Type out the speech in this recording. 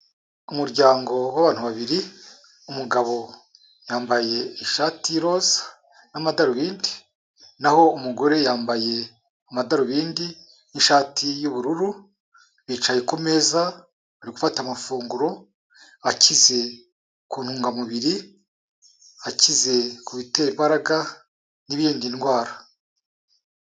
Umuryango w'abantu babiri, umugabo yambaye ishati y'iroza n'amadarubindi, naho umugore yambaye amadarubindi n'ishati y'ubururu, bicaye ku meza bari gufata amafunguro, akize ku ntungamubiri, akize ku bitera imbaraga n'ibirinda indwara.